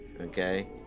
okay